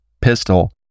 pistol